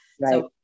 Right